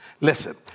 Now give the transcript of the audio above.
Listen